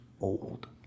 old